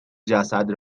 جسد